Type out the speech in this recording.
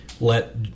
Let